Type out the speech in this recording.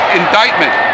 indictment